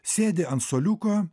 sėdi ant suoliuko